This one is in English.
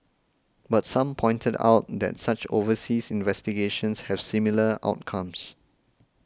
but some pointed out that such overseas investigations have similar outcomes